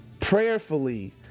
prayerfully